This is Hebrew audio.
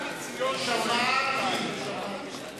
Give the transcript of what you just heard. שמעתי.